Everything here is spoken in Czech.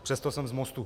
Přesto jsem z Mostu.